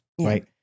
right